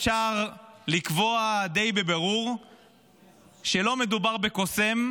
אפשר לקבוע די בבירור שלא מדובר בקוסם.